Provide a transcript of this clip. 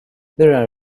there